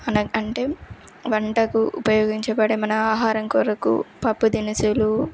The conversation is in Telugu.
అంటే వంటకు ఉపయోగించబడే మన ఆహారం కొరకు పప్పు దినుసులు